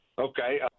Okay